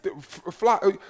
fly